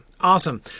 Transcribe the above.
Awesome